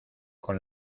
con